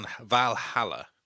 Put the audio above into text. Valhalla